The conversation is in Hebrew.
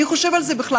מי חושב על זה בכלל?